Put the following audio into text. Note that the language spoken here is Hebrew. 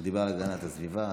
דיבר על הגנת הסביבה,